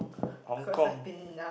Hong-Kong